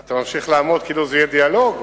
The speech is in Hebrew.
אתה ממשיך לעמוד כאילו זה יהיה דיאלוג?